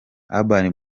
urban